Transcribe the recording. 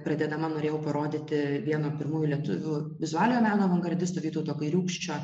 pradėdama norėjau parodyti vieno pirmųjų lietuvių vizualiojo meno avangardistų vytauto kairiūkščio